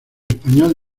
español